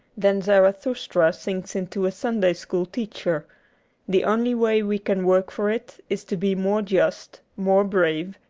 then zarathustra sinks into a sunday-school teacher the only way we can work for it is to be more just, more brave,